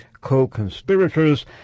co-conspirators